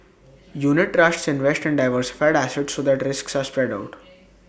unit trusts invest in diversified assets so that risks are spread out